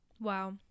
wow